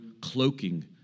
cloaking